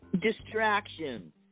Distractions